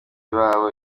babo